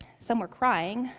some were crying.